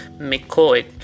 McCoy